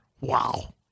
Wow